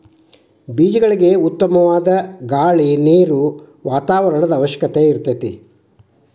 ಬೇಜಗಳಿಗೆ ಉತ್ತಮವಾದ ಗಾಳಿ ನೇರು ವಾತಾವರಣದ ಅವಶ್ಯಕತೆ ಇರತತಿ